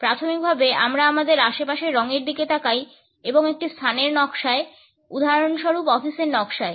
প্রাথমিকভাবে আমরা আমাদের আশেপাশের রঙের দিকে তাকাই এবং একটি স্থানের নকশায় উদাহরণস্বরূপ অফিসের নকশায়